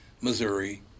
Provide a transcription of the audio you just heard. Missouri